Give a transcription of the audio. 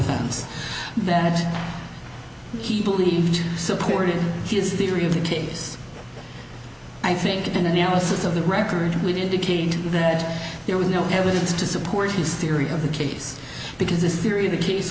offense that he believed supported his theory of the case i think an analysis of the record would indicate that there was no evidence to support his theory of the case because this theory of the case